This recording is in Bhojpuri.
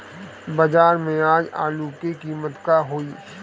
बाजार में आज आलू के कीमत का होई?